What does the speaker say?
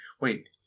wait